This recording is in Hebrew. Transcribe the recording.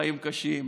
חיים קשים,